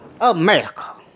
America